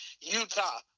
Utah